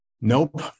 Nope